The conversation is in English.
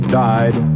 died